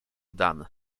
dan